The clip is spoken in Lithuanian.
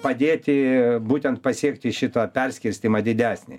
padėti būtent pasiekti šitą perskirstymą didesnį